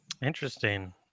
interesting